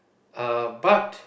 uh but